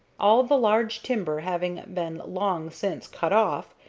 all the large timber having been long since cut off,